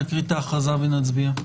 נקריא את ההכרזה ונצביע.